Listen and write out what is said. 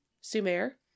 Sumer